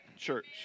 Church